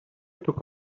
took